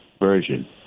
version